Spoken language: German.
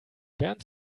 bernd